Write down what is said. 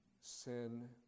sin